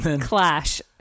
clash